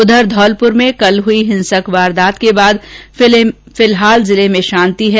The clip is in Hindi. उधर धौलपुर में कल हुई हिंसक वारदात के बाद फिलहाल जिले में शांति है